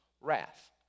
wrath